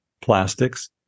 plastics